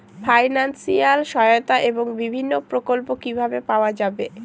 Financial সহায়তা এবং বিভিন্ন প্রকল্প কিভাবে পাওয়া যাবে?